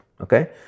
Okay